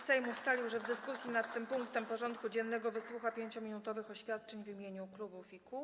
Sejm ustalił, że w dyskusji nad tym punktem porządku dziennego wysłucha 5-minutowych oświadczeń w imieniu klubów i kół.